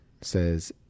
says